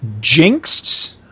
Jinxed